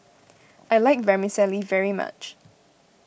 I like Vermicelli very much